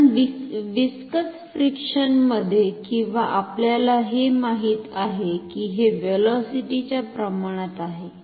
कारण viscous friction मध्ये किंवा आपल्याला हे माहीत आहे की हे व्हेलॉसिटी च्या प्रमाणात आहे